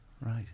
Right